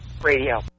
Radio